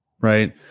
right